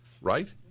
right